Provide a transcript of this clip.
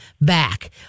back